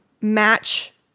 match